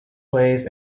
plays